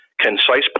concise